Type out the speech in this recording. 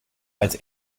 als